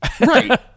Right